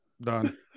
Done